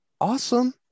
Awesome